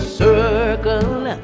circle